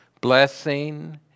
Blessing